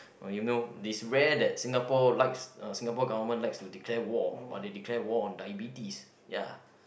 oh you know is rare that Singapore likes uh Singapore government likes to declare war but they declare war on diabetes ya